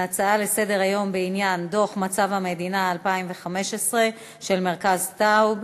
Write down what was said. ההצעה לסדר-היום בעניין דוח מצב המדינה 2015 של מרכז טאוב,